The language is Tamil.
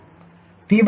TW0